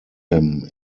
him